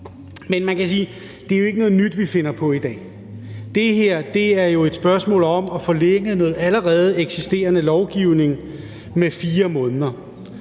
Men det er jo ikke noget nyt, vi finder på i dag. Det her er et spørgsmål om at forlænge noget allerede eksisterende lovgivning med 4 måneder.